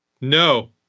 No